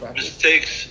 mistakes